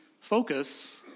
focus